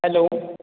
hello